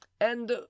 And